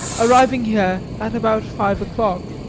arriving here at about five o'clock.